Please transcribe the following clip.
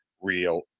real